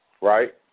right